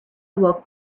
awoke